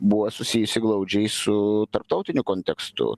buvo susijusi glaudžiai su tarptautiniu kontekstu